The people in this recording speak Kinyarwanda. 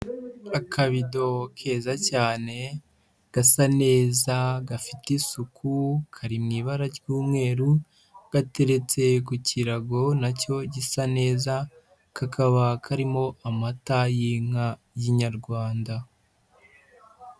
Akabido keza cyane gasa neza gafite isuku kari mu ibara ry'umweru, gateretse ku kirago na cyo gisa neza, kakaba karimo amata y'inka y'inyarwanda.